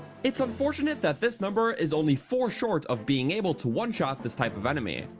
it's unfortunate that this number is only four short of being able to one shot this type of enemy,